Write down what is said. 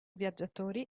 viaggiatori